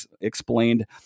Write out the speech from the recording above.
explained